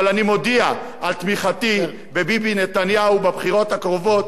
אבל אני מודיע על תמיכתי בביבי נתניהו בבחירות הקרובות.